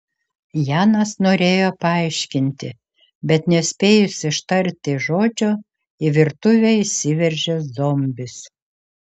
janas norėjo paaiškinti bet nespėjus ištarti žodžio į virtuvę įsiveržė zombis